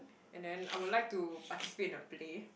and then I will like to participate in a play